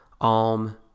Alm